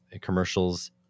commercials